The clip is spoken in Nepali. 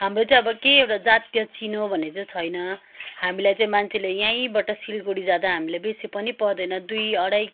हाम्रो चाहिँ अब के एउटा जातीय चिनो भन्ने चाहिँ छैन हामीलाई चाहिँ मान्छेले यहीँबाट सिलगडी जाँदा हामीले बेसी पनि पर्दैन हामीले दुई अढाई